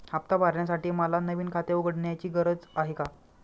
हफ्ता भरण्यासाठी मला नवीन खाते उघडण्याची गरज आहे का?